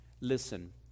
listen